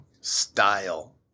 style